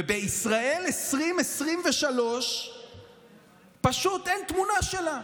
ובישראל 2023 פשוט אין תמונה שלה.